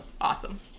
awesome